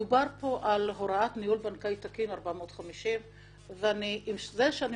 דובר פה על הוראת ניהול בנקאי תקין 450. עם זה שאני